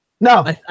No